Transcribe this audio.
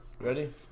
Ready